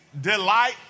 delight